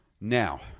Now